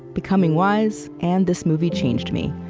becoming wise, and this movie changed me.